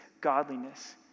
godliness